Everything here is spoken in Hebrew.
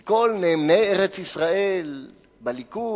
כי כל נאמני ארץ-ישראל בליכוד,